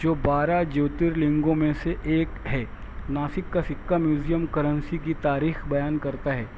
جو بارہ جوتر لنگوں میں سے ایک ہے ناسک کا سکہ میوزیم کرنسی کی تاریخ بیان کرتا ہے